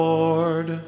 Lord